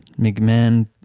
McMahon